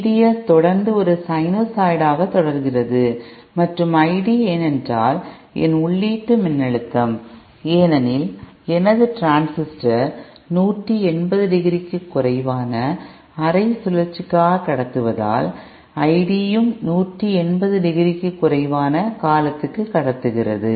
VDS தொடர்ந்து ஒரு சைனசாய்டாக தொடர்கிறது மற்றும் ID ஏனென்றால் என் உள்ளீட்டு மின்னழுத்தம் ஏனெனில் எனது டிரான்சிஸ்டர் 180 டிகிரிக்கு குறைவான அரை சுழற்சிக்காக கடத்துவதால் ID யும் 180 டிகிரிக்கு குறைவான காலத்திற்கு கடத்துகிறது